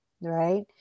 right